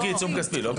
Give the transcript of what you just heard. לא כעיצום כספי.